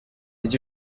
did